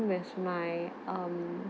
with my um